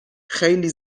خیلی